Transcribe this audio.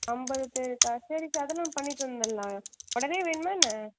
ஐம்பது பேருக்கா சரி ச அதெலாம் பண்ணி தந்துடலாம் உடனே வேணுமா என்ன